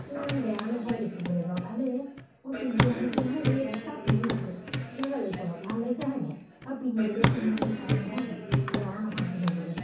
ইমান বেয়া নহয় দেখিবলৈ বাৰু ভালেই মই পিন্ধি আহিছোঁ নহয় এইযোৰ চা পিন্ধি আহিছোঁ কেনেকুৱা লাগিছে বাৰু ভাল লাগিছে হয় নাই আৰু পিন্ধিবলৈয়ো কিমান ভাল নহয় বেয়া নহয় পিন্ধিবলৈ